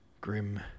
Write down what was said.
Grim